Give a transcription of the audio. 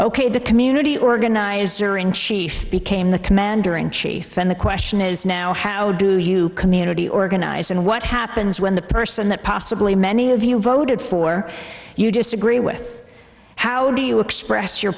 k the community organizer in chief became the commander in chief and the question is now how do you community organize and what happens when the person that possibly many of you voted for you disagree with how do you express your